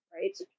right